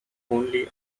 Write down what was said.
only